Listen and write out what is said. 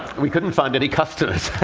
we couldn't find any customers.